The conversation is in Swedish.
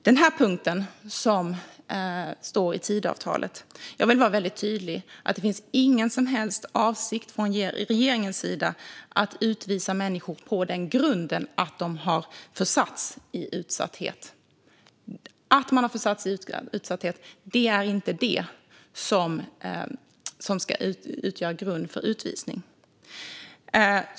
Jag vill vara väldigt tydlig och säga om den här punkten i Tidöavtalet att det inte finns någon som helst avsikt från regeringens sida att utvisa människor på grund av att de försatts i utsatthet. Det är inte det som ska utgöra grund för utvisning.